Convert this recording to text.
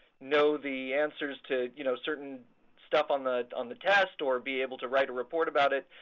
know the answers to you know certain stuff on the on the test or be able to write a report about it,